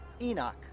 Enoch